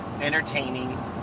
Entertaining